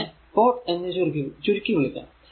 അതിനെ പോട്ട് എന്ന് ചുരുക്കി വിളിക്കാം